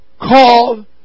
called